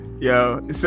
Yo